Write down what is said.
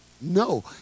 No